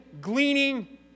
gleaning